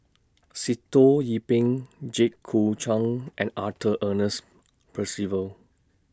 Sitoh Yih Pin Jit Koon Ch'ng and Arthur Ernest Percival